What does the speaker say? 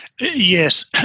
Yes